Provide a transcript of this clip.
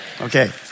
Okay